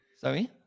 sorry